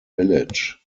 village